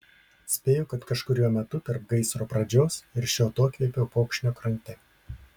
spėjo kad kažkuriuo metu tarp gaisro pradžios ir šio atokvėpio upokšnio krante